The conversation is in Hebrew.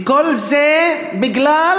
וכל זה בגלל,